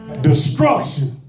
Destruction